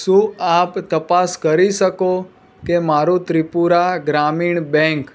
શું આપ તપાસ કરી શકો કે મારું ત્રિપુરા ગ્રામીણ બેંક